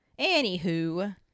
Anywho